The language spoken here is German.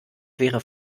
wäre